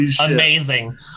amazing